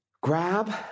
Grab